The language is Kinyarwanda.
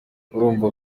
urumva